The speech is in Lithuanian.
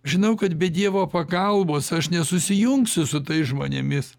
žinau kad be dievo pagalbos aš nesusijungsiu su tais žmonėmis